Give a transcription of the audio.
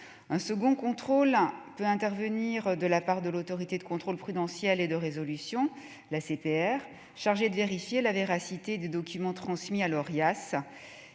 Un second contrôle peut intervenir de la part de l'Autorité de contrôle prudentiel et de résolution, l'ACPR, chargée de vérifier la véracité des documents transmis à l'Orias